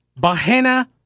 Bahena